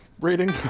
rating